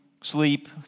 sleep